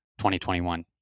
2021